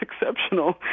exceptional